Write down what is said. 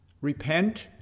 repent